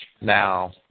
Now